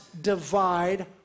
divide